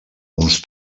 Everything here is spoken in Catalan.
uns